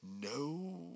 no